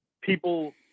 People